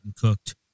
cooked